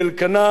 כן ירבו,